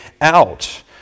out